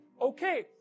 okay